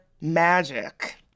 magic